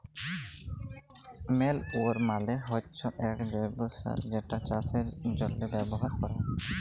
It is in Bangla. ম্যালইউর মালে হচ্যে এক জৈব্য সার যেটা চাষের জন্হে ব্যবহার ক্যরা হ্যয়